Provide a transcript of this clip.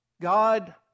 God